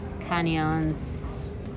Canyons